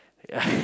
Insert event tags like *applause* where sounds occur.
*laughs*